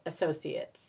Associates